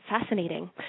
fascinating